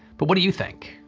but what do you think?